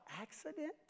accident